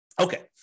Okay